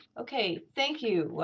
okay. thank you,